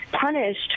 punished